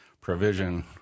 provision